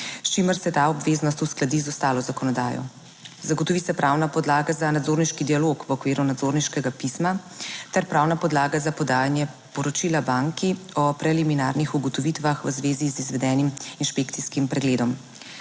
s čimer se ta obveznost uskladi z ostalo zakonodajo. Zagotovi se pravna podlaga za nadzorniški dialog v okviru nadzorniškega pisma ter pravna podlaga za podajanje poročila banki o preliminarnih ugotovitvah v zvezi z izvedenim inšpekcijskim pregledom.